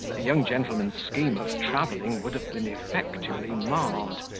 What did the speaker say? the young gentleman's scheme of travelling would have been effectually marred.